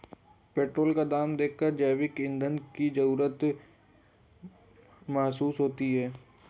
petrol का दाम देखकर जैविक ईंधन की जरूरत महसूस होती है